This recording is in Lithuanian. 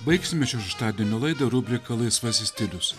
baigsime šeštadienio laida rubrika laisvasis stilius